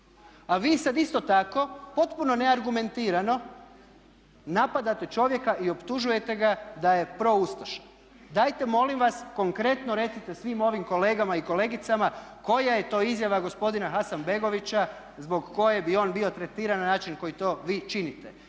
A vi sad isto tako potpuno neargumentirano napadate čovjeka i optužujete ga da je proustaša. Dajte molim vas konkretno recite svim ovim kolegama i kolegicama koja je to izjava gospodina Hasanbegovića zbog koje bi on bio tretiran na način koji to vi činite.